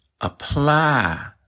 apply